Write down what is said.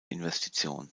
investition